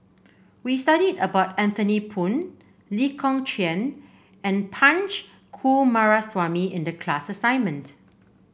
we studied about Anthony Poon Lee Kong Chian and Punch Coomaraswamy in the class assignment